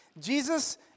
Jesus